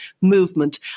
movement